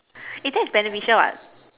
eh that's beneficial what